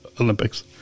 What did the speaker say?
Olympics